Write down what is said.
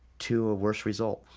to a worse result.